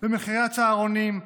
ומחירי הצהרונים.